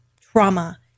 trauma